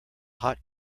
hot